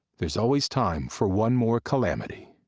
there's always time for one more calamity.